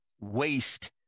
waste